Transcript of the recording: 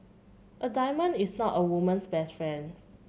a diamond is not a woman's best friend